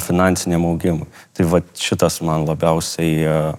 finansiniam augimui tai vat šitas man labiausiai